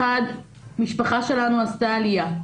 המשפחה שלנו עשתה עלייה.